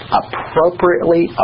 appropriately